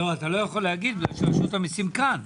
אתה לא יכול לומר כי רשות המיסים כאן.